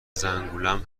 زنگولم